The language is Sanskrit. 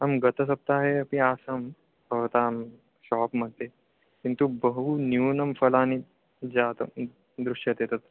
अहं गतसप्ताहे अपि आसं भवतां शाप् मध्ये किन्तु बहुन्यूनानि फलानि जातानि दृश्यन्ते तत्